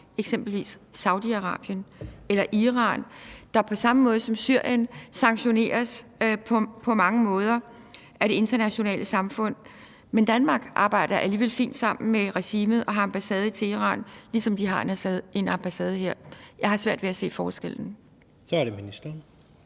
eksempelvis Saudi-Arabien eller Iran, der på samme måde som Syrien sanktioneres på mange måder af det internationale samfund. Men Danmark arbejder alligevel fint sammen med regimet og har ambassade i Teheran, ligesom de har en ambassade her. Jeg har svært ved at se forskellen. Kl. 16:40 Tredje